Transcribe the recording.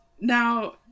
Now